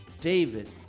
David